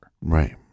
Right